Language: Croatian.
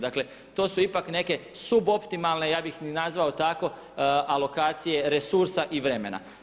Dakle, to su ipak neke suboptimalne, ja bi ih nazvalo tako alokacije resursa i vremena.